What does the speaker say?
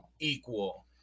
equal